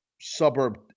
suburb